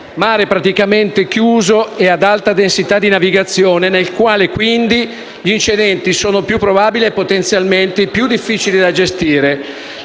mare praticamente chiuso e ad alta densità di navigazione, nel quale quindi gli incidenti sono più probabili e potenzialmente più difficili da gestire.